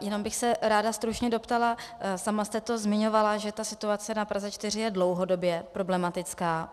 Jenom bych se ráda stručně doptala, sama jste to zmiňovala, že ta situace na Praze 4 je dlouhodobě problematická.